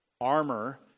armor